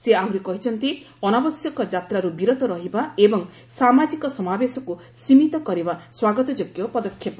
ସେ ଆହୁରି କହିଛନ୍ତି ଅନାବଶ୍ୟକ ଯାତ୍ରାରୁ ବିରତ ରହିବା ଏବଂ ସାମାଜିକ ସମାବେଶକ୍ତ ସୀମିତ କରିବା ସ୍ୱାଗତ ଯୋଗ୍ୟ ପଦକ୍ଷେପ